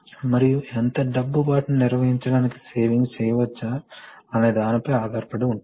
కాబట్టి A B నుండి P piston ను లాక్ చేస్తుంది మరియు A B నుండి E లాక్ అంటే పిస్టన్ ఎక్జాస్ట్ పిస్టన్ తేలుతూ ఉంటుంది